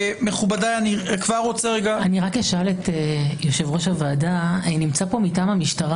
אני רק אשאל את יושב-ראש הוועדה האם נמצא פה מטעם המשטרה